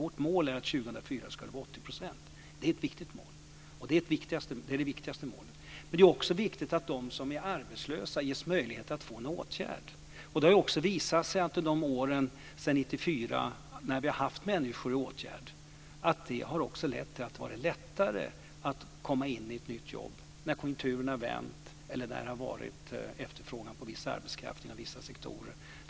Vårt mål är att siffran 2004 ska vara 80 %. Det är det viktigaste målet. Men det är också viktigt att de som är arbetslösa ges möjlighet till en åtgärd. Det har visat sig under åren sedan 1994 att de människor som har varit föremål för en åtgärd har haft det lättare att komma in i ett nytt jobb när konjunkturen har vänt eller det har varit efterfrågan på viss arbetskraft inom vissa sektorer.